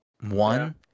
one